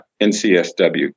NCSW